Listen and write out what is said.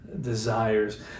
desires